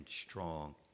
strong